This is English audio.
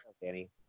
Danny